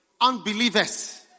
unbelievers